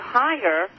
higher